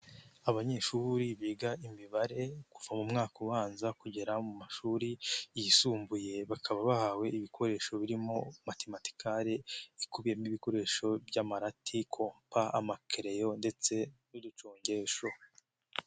Abanyeshuri biga imibare kuva mu mwaka ubanza kugera mu mashuri yisumbuye, bakaba bahawe ibikoresho birimo Matimatikale bikubiyemo ibikoresho by'amalati, kompa, amakereyo ndetse n'uducongesho.